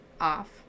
off